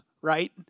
right